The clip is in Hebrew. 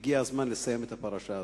הגיע הזמן לסיים את הפרשה הזו.